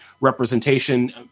representation